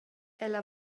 ella